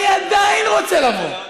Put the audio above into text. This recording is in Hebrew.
אני עדיין רוצה לבוא.